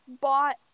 bought